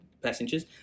Passengers